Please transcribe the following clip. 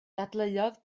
dadleuodd